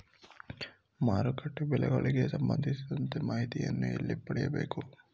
ಮಾರುಕಟ್ಟೆ ಬೆಲೆಗಳಿಗೆ ಸಂಬಂಧಿಸಿದಂತೆ ಮಾಹಿತಿಯನ್ನು ಎಲ್ಲಿ ಪಡೆಯಬೇಕು?